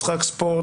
משחק ספורט,